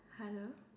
hello